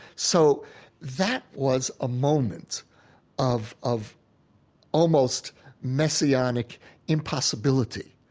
so that was a moment of of almost messianic impossibility.